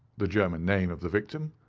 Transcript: the german name of the victim,